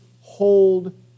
hold